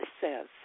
says